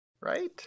Right